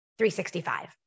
365